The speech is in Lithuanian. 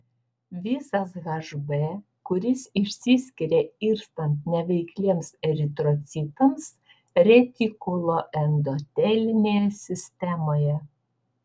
visas hb kuris išsiskiria irstant neveikliems eritrocitams retikuloendotelinėje sistemoje